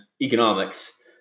economics